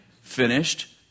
finished